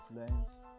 influence